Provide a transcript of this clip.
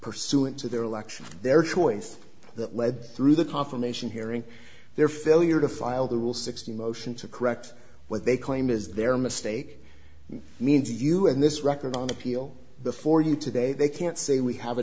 pursuant to their election their choice that led through the confirmation hearing their failure to file their will sixty motion to correct what they claim is their mistake means you have this record on appeal before you today they can't say we have a